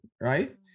right